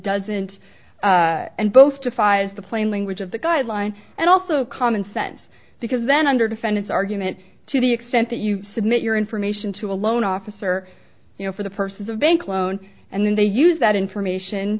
doesn't and both defies the plain language of the guideline and also common sense because then under defendant's argument to the extent that you submit your information to a loan officer you know for the person's of bank loan and then they use that information